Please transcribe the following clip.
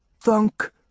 Thunk